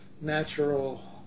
natural